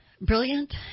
brilliant